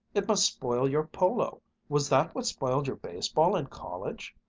it must spoil your polo. was that what spoiled your baseball in college?